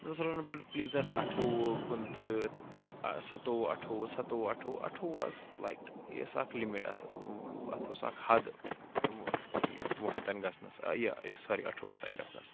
نَتہ اوس روزان بَڑٕ پلیٖزنٛٹ اَٹھووُہ کُنتٕرہ سَتووُہ اَٹھووُہ سَتووُہ اَٹھوُہ اَٹھو وُہ واز لایِک یہِ ٲس اَکھ لِمِٹ اَتھ اَتھ اوس اَکھ حَد یہِ وُہَن تانۍ گژھنَس یہِ سورُے اَٹھووُہَن تانۍ گژھنَس